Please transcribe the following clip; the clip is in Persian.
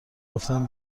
گفتن